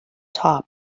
top